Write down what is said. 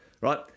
right